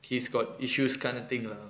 he's got issues kind of thing lah